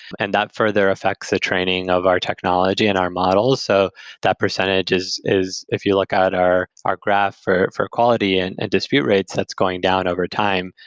and that further affects the training of our technology and our model. so that percentages, if you look at our our graph for for quality and and dispute rates, that's going down over time,